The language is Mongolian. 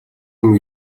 хүн